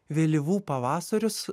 vėlyvų pavasarius